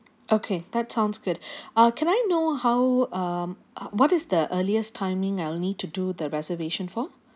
okay that sounds good uh can I know how uh what is the earliest timing I'll need to do the reservation for